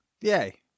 Yay